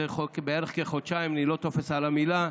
בערך בעוד כחודשיים, לא לתפוס על המילה,